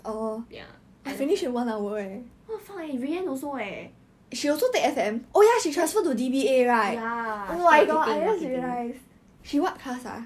what the fuck eh rianne also eh ya marketing marketing